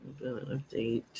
Update